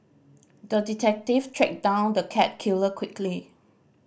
the detective tracked down the cat killer quickly